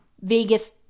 Vegas